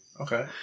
Okay